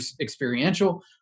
experiential